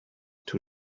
too